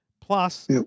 plus